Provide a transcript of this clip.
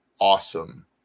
awesome